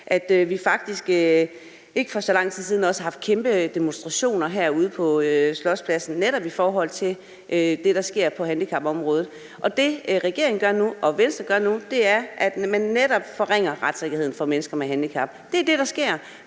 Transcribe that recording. for ikke så lang tid siden også har haft kæmpe demonstrationer herude på Slotspladsen netop i forhold til det, der sker på handicapområdet. Det, regeringen gør nu, og Venstre gør nu, er, at man netop forringer retssikkerheden for mennesker med handicap. Det er det, der sker,